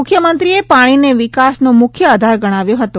મુખ્યમંત્રીએ પાણીને વિકાસનો મુખ્ય આધાર ગણાવ્યો હતો